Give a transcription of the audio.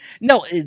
No